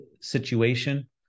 situation